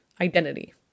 identity